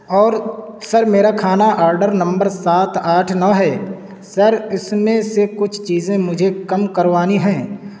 اور سر میرا کھانا آڈر نمبر سات آٹھ نو ہے سر اس میں سے کچھ چیزیں مجھے کم کروانی ہیں